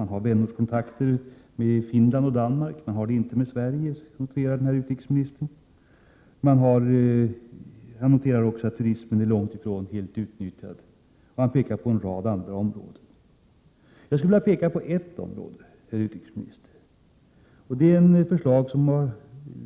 Man har vänortskontakter med Finland och Danmark men inte med Sverige, konstaterar den estniske utrikesministern. Han noterar också att turismen är långt ifrån helt utbyggd, och han pekar på en rad andra områden. Jag skulle vilja framhålla ett område, herr utrikesminister. Det är ett förslag som